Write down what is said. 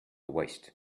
waist